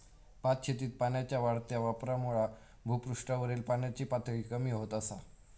भातशेतीत पाण्याच्या वाढत्या वापरामुळा भुपृष्ठावरील पाण्याची पातळी कमी होत असा